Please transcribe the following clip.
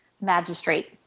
magistrate